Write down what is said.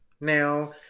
now